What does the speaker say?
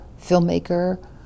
filmmaker